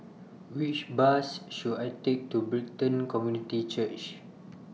Which Bus should I Take to Brighton Community Church